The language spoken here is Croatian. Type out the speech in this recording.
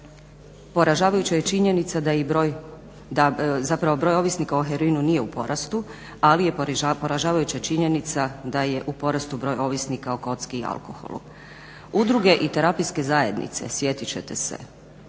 Udruge i terapijske zajednice sjetit ćete se,